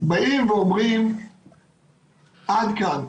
באים ואומרים עד כאן.